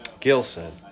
Gilson